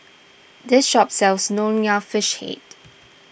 this shop sells Nonya Fish Head